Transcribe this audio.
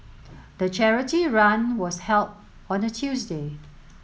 the charity run was held on a Tuesday